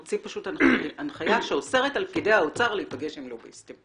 הוציא הנחייה שאוסרת על פקידי האוצר להיפגש עם לוביסטים,